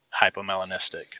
hypomelanistic